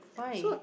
why